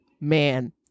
man